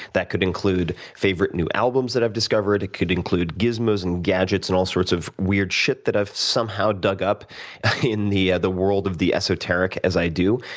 that could include favorite new albums that i've discovered. it could include gizmos and gadgets, and all sorts of weird shit that i've somehow dug up in the yeah the world of the esoteric, as i do.